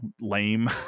lame